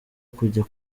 kujya